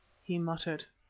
he muttered.